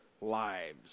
lives